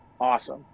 Awesome